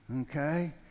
Okay